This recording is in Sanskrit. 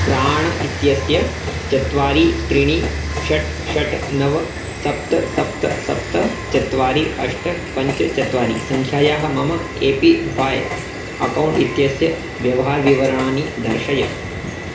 प्राण इत्यस्य चत्वारि त्रीणि षट् षट् नव सप्त् सप्त सप्त चत्वारि अष्ट पञ्च चत्वारि सङ्ख्यायाः मम ए पी ह्वाय् अकौण्ट् इत्यस्य व्यवहारविवरणानि दर्शय